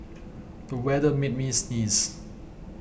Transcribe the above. the weather made me sneeze